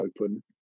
open